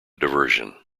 diversion